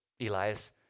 Elias